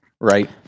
right